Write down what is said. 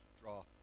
draw